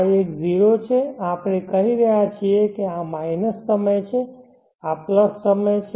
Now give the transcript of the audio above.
આ એક 0 છે આપણે કહી રહ્યા છીએ કે આ માઇનસ સમય છે આ પ્લસ સમય છે